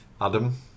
Adam